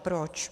Proč?